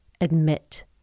admit